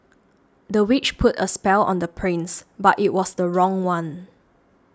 the witch put a spell on the prince but it was the wrong one